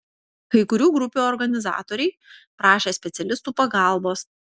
kai kurių grupių organizatoriai prašė specialistų pagalbos